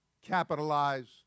capitalize